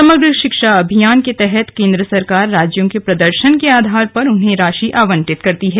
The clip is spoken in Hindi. समग्र शिक्षा अभियान के तहत केंद्र सरकार राज्यों के प्रदर्शन के आधार पर उन्हें राशि आवंटित करती है